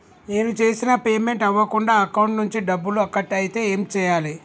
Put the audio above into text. నేను చేసిన పేమెంట్ అవ్వకుండా అకౌంట్ నుంచి డబ్బులు కట్ అయితే ఏం చేయాలి?